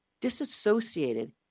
disassociated